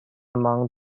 among